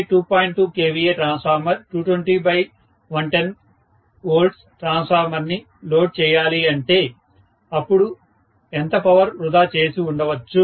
2 kVA transformer 220110 transformer ని load చేయాలి అంటే అప్పుడు ఎంత పవర్ వృధా చేసి ఉండొచ్చు